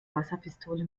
wasserpistole